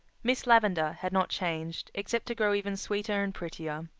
miss lavendar had not changed, except to grow even sweeter and prettier.